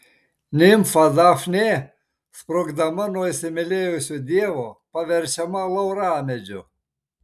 nimfa dafnė sprukdama nuo įsimylėjusio dievo paverčiama lauramedžiu